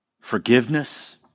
forgiveness